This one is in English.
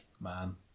man